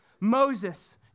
Moses